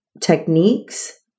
techniques